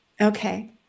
Okay